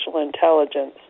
intelligence